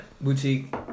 Boutique